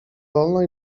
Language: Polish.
wolno